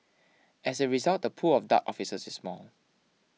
as a result the pool of Dart officers is small